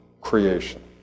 creation